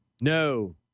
No